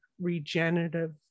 regenerative